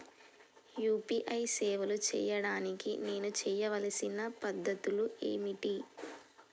UPI సేవలు చేయడానికి నేను చేయవలసిన పద్ధతులు ఏమిటి?